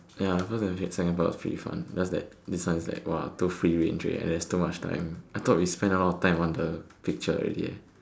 ya so that that second part was pretty fun just that this one is like !wah! too free range already eh and then there's too much time I thought we spent a lot of time on the picture already eh